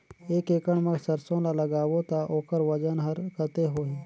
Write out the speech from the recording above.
एक एकड़ मा सरसो ला लगाबो ता ओकर वजन हर कते होही?